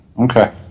Okay